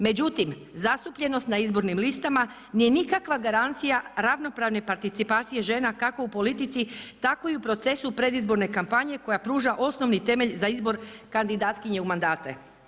Međutim, zastupljenost na izbornim listama nije nikakva garancija ravnopravne participacije žena kako u politici, tako i u procesu predizborne kampanje koja pruža osnovni temelj za izbor kandidatkinje u mandate.